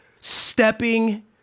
stepping